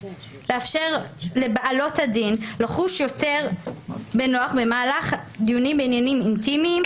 לאפשר לבעלות הדין לחוש יותר בנוח במהלך דיונים בעניינים אינטימיים,